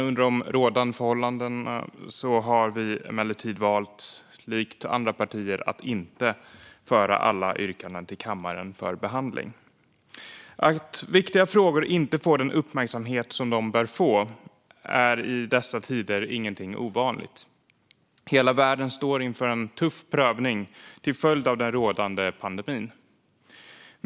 Under de nu rådande förhållandena har vi emellertid, likt andra partier, valt att inte föra alla yrkanden till kammaren för behandling. Att viktiga frågor inte får den uppmärksamhet de bör få är i dessa tider ingenting ovanligt. Hela världen står inför en tuff prövning till följd av den rådande pandemin.